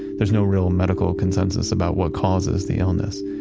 there's no real medical consensus about what causes the illness.